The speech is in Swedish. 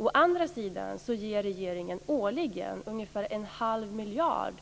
Å andra sidan ger regeringen årligen ungefär en halv miljard